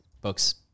books